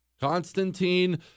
Constantine